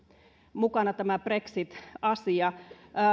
mukana myöskin tämä brexit asia